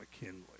McKinley